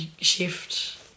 shift